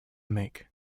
make